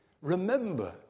Remember